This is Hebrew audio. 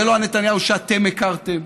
זה לא נתניהו שאתם הכרתם.